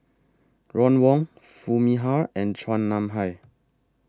Ron Wong Foo Mee Har and Chua Nam Hai